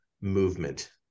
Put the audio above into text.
movement